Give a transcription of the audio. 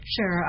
Sure